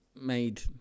Made